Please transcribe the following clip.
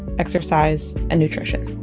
exercise and nutrition